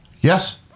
Yes